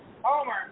Homer